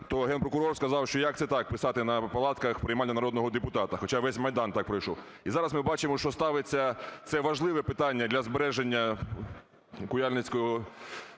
то Генпрокурор сказав, що "як це так, писати на палатках "Приймальня народного депутата"? Хоча весь Майдан так пройшов. І зараз ми бачимо, що ставиться це важливе питання для збереження Куяльницького